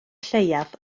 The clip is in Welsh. lleiaf